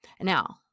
Now